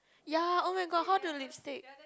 ya oh my god how do lipstick